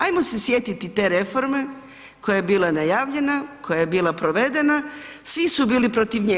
Ajmo se sjetiti te reforme koja je bila najavljena, koja je bila provedena, svi su bili protiv nje.